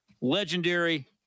legendary